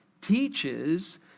teaches